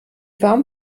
warm